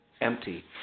empty